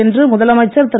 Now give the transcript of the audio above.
என்று முதலமைச்சர் திரு